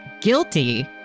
guilty